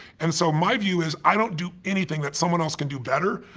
and so my view is i don't do anything that someone else can do better,